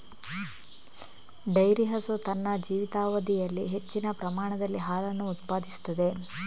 dairy ಹಸು ತನ್ನ ಜೀವಿತಾವಧಿಯಲ್ಲಿ ಹೆಚ್ಚಿನ ಪ್ರಮಾಣದಲ್ಲಿ ಹಾಲನ್ನು ಉತ್ಪಾದಿಸುತ್ತದೆ